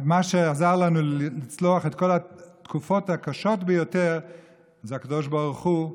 מה שעזר לנו לצלוח את כל התקופות הקשות ביותר זה הקדוש ברוך הוא.